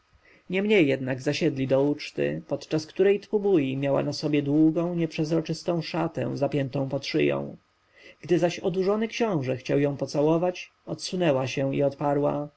niemniej jednak zasiedli do uczty podczas której tbubui miała na sobie długą nieprzezroczystą szatę zapiętą pod szyję gdy zaś odurzony książę chciał ją pocałować odsunęła go i odparła